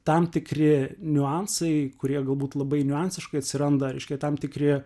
tam tikri niuansai kurie galbūt labai niuansiškai atsiranda reiškia tam tikri